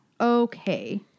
Okay